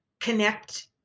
connect